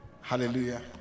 Hallelujah